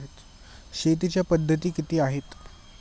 शेतीच्या पद्धती किती आहेत?